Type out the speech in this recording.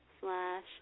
slash